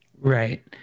Right